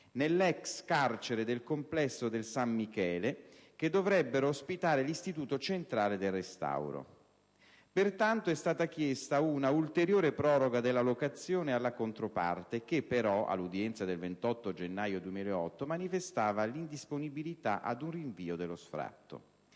nell'ex carcere del Complesso del San Michele, che dovrebbero ospitare l'Istituto centrale del restauro. Pertanto è stata chiesta una ulteriore proroga della locazione alla controparte che, però, all'udienza del 28 gennaio 2008, manifestava l' indisponibilità ad un rinvio dello sfratto.